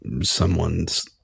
Someone's